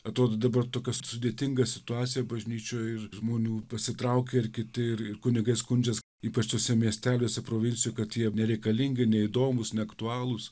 atrodo dabar tokia sudėtinga situacija bažnyčioj žmonių pasitraukė ir kiti ir kunigai skundžias ypač tuose miesteliuose provincijoj kad jiem nereikalingi neįdomūs neaktualūs